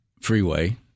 freeway